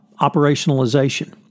operationalization